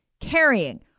carrying